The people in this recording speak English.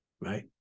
right